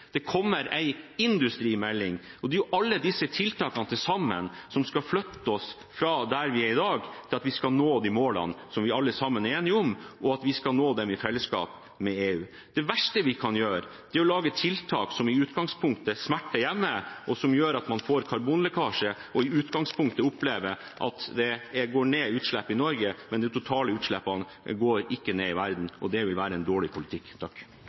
det kommer en industrimelding – og det er alle disse tiltakene som til sammen skal flytte oss fra der vi er i dag, til at vi skal nå de målene som vi alle sammen er enige om, og at vi skal nå dem i fellesskap med EU. Det verste vi kan gjøre, er å lage tiltak som i utgangspunktet smerter hjemme, og som gjør at man får karbonlekkasje og i utgangspunktet opplever at utslippene går ned i Norge, mens de totale utslippene i verden ikke går ned. Det vil være en dårlig politikk.